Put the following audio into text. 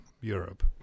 Europe